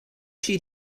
she